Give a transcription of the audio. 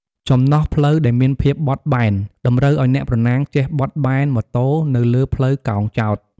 ចំណែកផ្លូវដែលមានភាពបត់បែន តម្រូវឲ្យអ្នកប្រណាំងចេះបត់បែនម៉ូតូនៅលើផ្លូវកោងចោត។